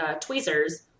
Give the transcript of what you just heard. tweezers